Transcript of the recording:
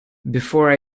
before